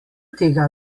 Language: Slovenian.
tega